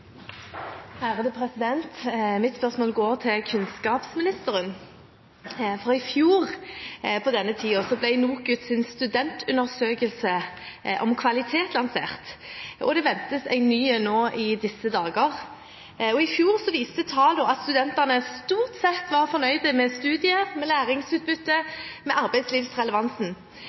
neste hovedspørsmål. Mitt spørsmål går til kunnskapsministeren. I fjor på denne tiden ble NOKUTs studentundersøkelse om kvalitet lansert, og det ventes en ny nå i disse dager. I fjor viste tallene at studentene stort sett var fornøyd med studiet,